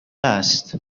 است